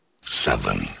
Seven